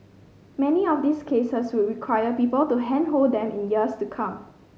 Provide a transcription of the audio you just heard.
many of these cases would require people to handhold them in years to come